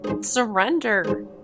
Surrender